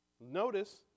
Notice